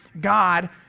God